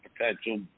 potential